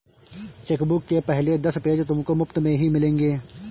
chequebook के पहले दस पेज तुमको मुफ़्त में ही मिलेंगे